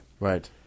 Right